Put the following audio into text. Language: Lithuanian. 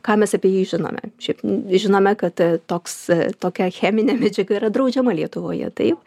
ką mes apie jį žinome šiaip žinome kad toks tokia cheminė medžiaga yra draudžiama lietuvoje taip